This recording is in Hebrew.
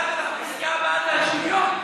הפסקה הבאה היא על שוויון.